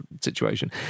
situation